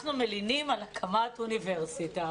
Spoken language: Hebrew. אנחנו מלינים על הקמת אוניברסיטה.